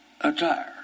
attire